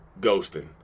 ghosting